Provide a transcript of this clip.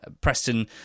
Preston